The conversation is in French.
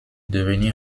devenir